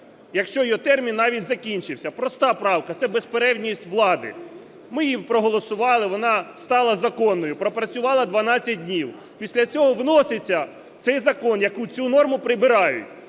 якщо його термін навіть закінчився. Проста правка – це безперервність влади. Ми її проголосували, вона стала законною, пропрацювала 12 днів. Після цього вноситься цей закон, який цю норму прибирає.